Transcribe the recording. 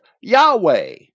Yahweh